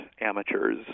amateurs